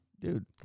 Dude